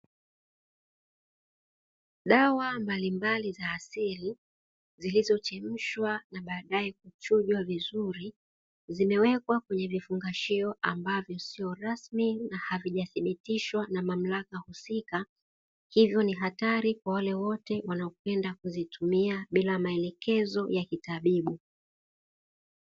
Dawa mbalimbali za asili zilizochemshwa na baadaye kuchujwa vizuri, zimewekwa kwenye vifungashio ambavyo sio rasmi na havijathibitishwa na mamlaka husika hivyo ni hatari kwa wale wote wanaopenda kuzitumia bila maelekezo ya kitabibu.